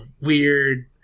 weird